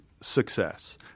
success